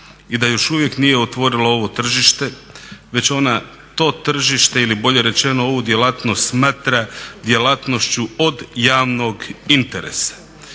i da još uvijek nije otvorila ovo tržište već ona to tržište ili bolje rečeno ovu djelatnost smatra djelatnošću od javnog interesa.